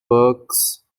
works